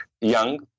young